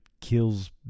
kills